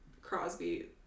Crosby